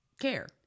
care